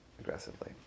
aggressively